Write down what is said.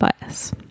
bias